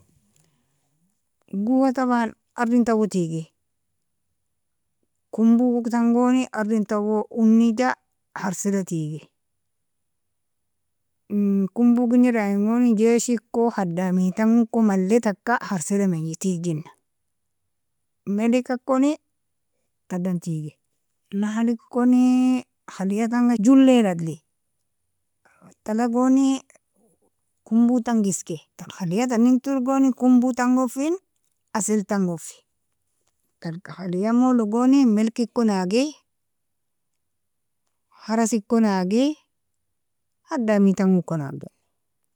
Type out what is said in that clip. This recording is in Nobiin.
Guwwa taban ardin tawo tigi, kumbu tangoini ardin tawo unija harseda tigi, in kumbou irjnda a'agin goni jeaeshi'kko, khdamitanguko malle taka, harseda menji tigjina, melika koni tadan tigi, nahali koni, khaliyyatanga jollel adli, tala goni kumbutang iske, tar khaliyyatanin tulgoni kumbutangon fin, asseltan gon fei, tar khaliyyan molo goni melikikon aagi, harssikon aagi, khdamitangukon aagjina.